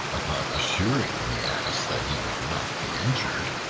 upon assuring the ass that he would not be injured,